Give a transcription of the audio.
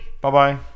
Bye-bye